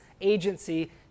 agency